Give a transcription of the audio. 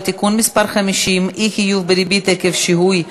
(תיקון מס' 50) (אי-חיוב בריבית עקב שיהוי),